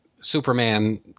Superman